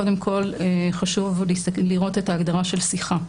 קודם כל, חשוב לראות את ההגדרה של שיחה.